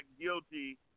guilty